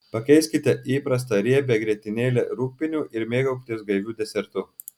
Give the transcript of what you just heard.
pakeiskite įprastą riebią grietinėlę rūgpieniu ir mėgaukitės gaiviu desertu